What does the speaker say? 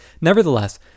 Nevertheless